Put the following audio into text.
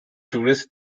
tourist